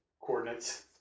coordinates